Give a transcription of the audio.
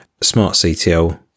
SmartCTL